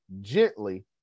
gently